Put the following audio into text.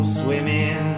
swimming